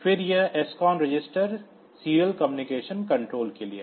फिर यह SCON register serial संचार नियंत्रण के लिए है